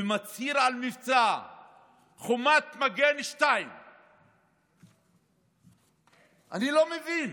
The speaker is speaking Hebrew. ומצהיר על מבצע "חומת מגן 2". אני לא מבין,